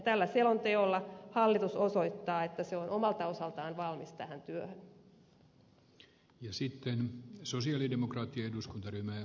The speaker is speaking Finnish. tällä selonteolla hallitus osoittaa että se on omalta osaltaan valmis tähän työhön